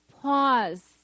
pause